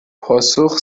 پاسخ